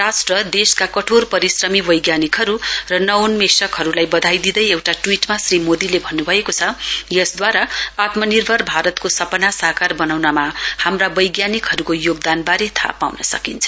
राष्ट्र देशका कठोर परिश्रमी बैज्ञानिकहरू र नवोन्मेशकहरूलाई बधाई दिँदै एउटा ट्वीटमा श्री मोदीले भन्नुभएको छ यसद्वारा आत्मनिर्भर भारतको सपना साकार बनाउनमा हाम्रा वैज्ञानिकहरूको योगदानबारे थाहा पाउन सकिन्छ